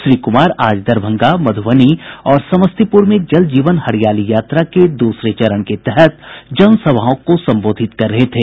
श्री कुमार आज दरभंगा मधुबनी और समस्तीपुर में जल जीवन हरियाली यात्रा के दूसरे चरण के तहत जनसभाओं को संबोधित कर रहे थे